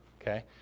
okay